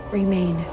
remain